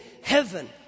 heaven